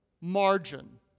margin